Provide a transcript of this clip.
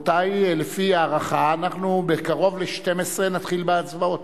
לפי הערכה, קרוב ל-12:00 נתחיל בהצבעות.